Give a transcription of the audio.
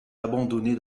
abandonnée